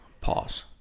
Pause